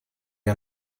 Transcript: are